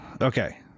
Okay